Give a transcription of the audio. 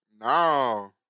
No